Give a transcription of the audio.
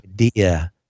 idea